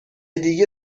دیگه